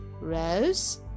Rose